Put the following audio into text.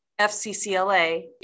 FCCLA